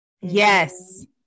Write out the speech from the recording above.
Yes